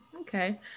Okay